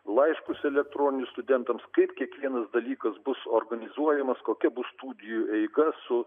laiškus elektroninius studentams kaip kiekvienas dalykas bus organizuojamas kokia bus studijų eiga su